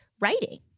writing